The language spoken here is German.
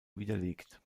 widerlegt